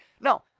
No